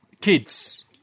kids